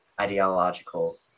ideological